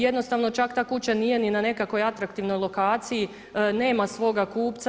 Jednostavno čak ta kuća nije ni na nekakvoj atraktivnoj lokaciji, nema svoga kupca.